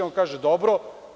On kaže – dobro.